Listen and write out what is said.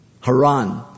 Haran